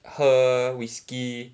喝 whisky